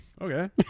Okay